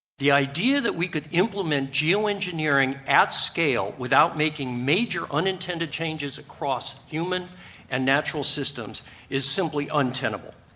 the idea that we could implement geo-engineering at scale without making major unintended changes across human and natural systems is simply untenable.